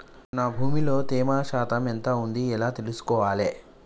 నా భూమి లో తేమ శాతం ఎంత ఉంది ఎలా తెలుసుకోవాలే?